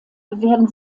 werden